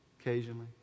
Occasionally